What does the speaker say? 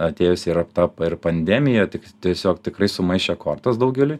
atėjus yra ta ir pandemija tik tiesiog tikrai sumaišė kortas daugeliui